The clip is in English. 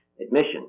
admission